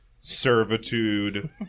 servitude